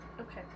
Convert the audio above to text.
Okay